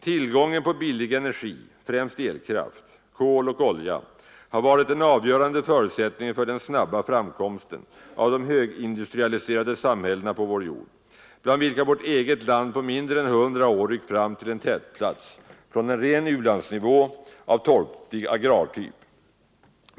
Tillgången på billig energi — främst elkraft, kol och olja — har varit den avgörande förutsättningen för den snabba framkomsten av de högindustrialiserade samhällena på vår jord, bland vilka vårt eget land på mindre än 100 år ryckt fram till en tätplats från en ren u-landsnivå av torftig agrartyp.